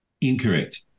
Incorrect